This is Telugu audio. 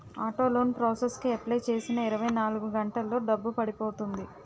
ఆటో లోన్ ప్రాసెస్ కి అప్లై చేసిన ఇరవై నాలుగు గంటల్లో డబ్బు పడిపోతుంది